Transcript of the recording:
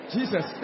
Jesus